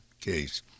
case